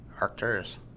Arcturus